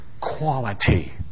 quality